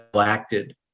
acted